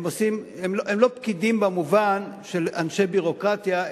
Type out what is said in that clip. הם לא פקידים במובן של אנשי ביורוקרטיה,